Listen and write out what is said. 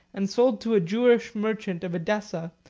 and sold to a jewish merchant of edessa,